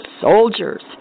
soldiers